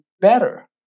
better